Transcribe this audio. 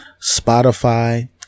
Spotify